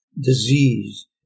disease